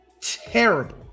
Terrible